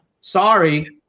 sorry